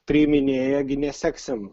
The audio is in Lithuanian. priiminėja gi neseksim